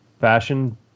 Fashion